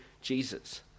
Jesus